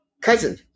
cousin